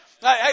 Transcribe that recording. Hey